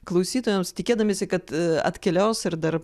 klausytojams tikėdamiesi kad atkeliaus ir dar